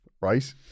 Right